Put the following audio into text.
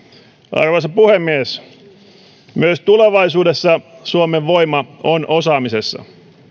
arvoisa puhemies myös tulevaisuudessa suomen voima on osaamisessa